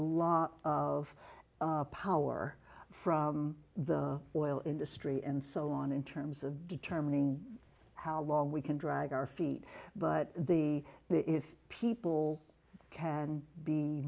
lot of power from the oil industry and so on in terms of determining how long we can drag our feet but the if people can be